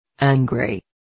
Angry